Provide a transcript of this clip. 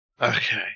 Okay